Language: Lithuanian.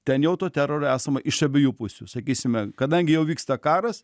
ten jau to teroro esama iš abiejų pusių sakysime kadangi jau vyksta karas